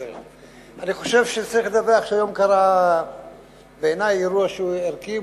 אני חושב שצריך לדווח שהיום קרה אירוע שבעיני הוא ערכי,